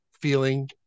feeling